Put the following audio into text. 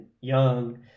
young